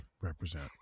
Represent